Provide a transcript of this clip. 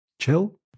chill